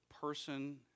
person